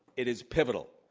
it is pivotal.